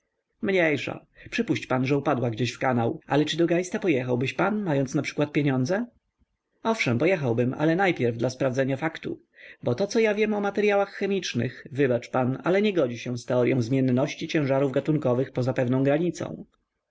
mniejsza przypuść pan że upadła gdzieś w kanał ale czy do geista pojechałbyś pan mając naprzykład pieniądze owszem pojechałbym ale najpierwej dla sprawdzenia faktu bo to co ja wiem o materyałach chemicznych wybacz pan ale nie godzi się z teoryą zmienności ciężarów gatunkowych poza pewną granicą